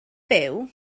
byw